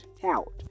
tout